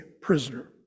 prisoner